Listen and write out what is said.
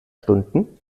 stunden